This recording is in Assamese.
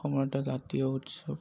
অসমৰ এটা জাতীয় উৎসৱ